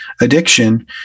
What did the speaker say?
addiction